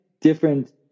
different